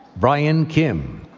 brian kim,